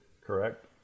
correct